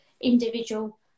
individual